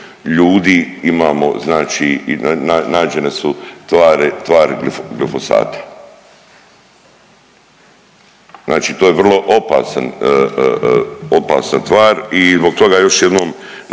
ljudi imamo znači, nađene su tvari glifosata. Znači to je vrlo opasan, opasna tvar i zbog toga još jednom